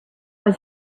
his